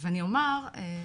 ואני אומר,